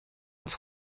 uns